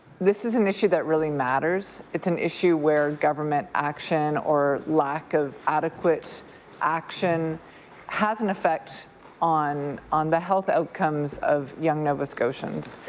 this is an issue that really matters. it's an issue where government action or lack of adequate action has an effect on on the health outcomes of young nova scotians.